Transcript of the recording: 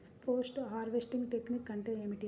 Post harvesting technique అంటే ఏమిటీ?